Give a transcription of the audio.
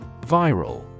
Viral